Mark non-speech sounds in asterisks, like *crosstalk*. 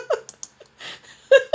*laughs*